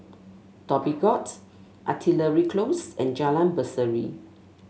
Dhoby Ghauts Artillery Close and Jalan Berseri